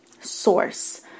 source